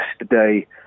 yesterday